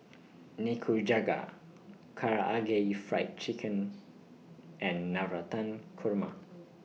Nikujaga Karaage Fried Chicken and Navratan Korma